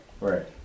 Right